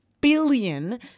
billion